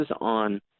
on